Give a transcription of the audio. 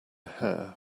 hair